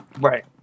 right